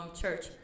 church